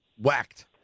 whacked